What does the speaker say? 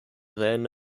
then